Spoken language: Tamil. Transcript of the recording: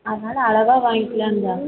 அதனால் அளவாக வாங்கிலான்னு தான்